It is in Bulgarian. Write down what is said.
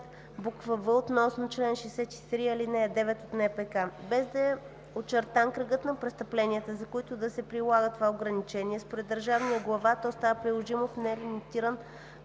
буква „в“ относно чл. 63, ал. 9 от НПК). Без да е очертан кръгът на престъпленията, за които може да се прилага това ограничение, според държавния глава то става приложимо в нелимитиран